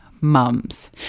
mums